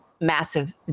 massive